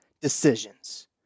decisions